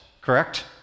correct